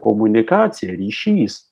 komunikacija ryšys